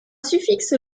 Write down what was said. suffixe